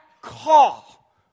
call